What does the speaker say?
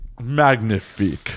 Magnifique